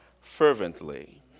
fervently